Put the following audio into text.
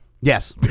Yes